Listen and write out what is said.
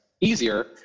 easier